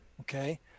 okay